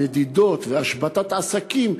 מדידות והשבתת עסקים,